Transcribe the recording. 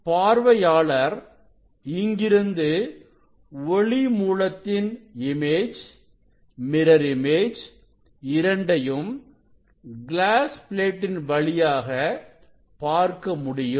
பார்வையாளர் இங்கிருந்து ஒளி மூலத்தின் இமேஜ் மிரர் இமேஜ் இரண்டையும் கிளாஸ் பிளேட்டின் வழியாக பார்க்க முடியும்